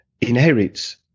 inherits